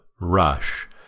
Rush